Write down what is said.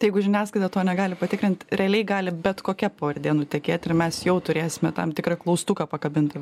tai jeigu žiniasklaida to negali patikrint realiai gali bet kokia pavardė nutekėti ir mes jau turėsime tam tikrą klaustuką pakabintą